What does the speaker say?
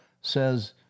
says